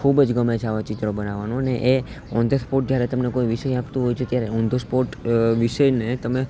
ખૂબ જ ગમે છે આવાં ચિત્રો બનાવવાનું અને એ ઓન ધ સ્પોટ જ્યારે તમને કોઈ વિષય આપતું હોય છે ત્યારે ઓન ધ સ્પોટ વિષયને તમે